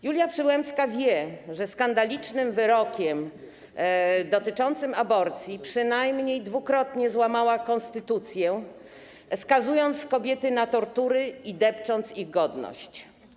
Julia Przyłębska wie, że skandalicznym wyrokiem dotyczącym aborcji przynajmniej dwukrotnie złamała konstytucję, skazując kobiety na tortury i depcząc ich godność.